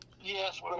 yes